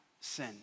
sin